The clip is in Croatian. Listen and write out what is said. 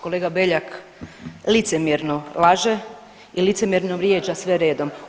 Kolega Beljak licemjerno laže i licemjerno vrijeđa sve redom.